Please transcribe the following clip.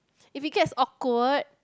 if we came is awkward